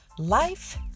Life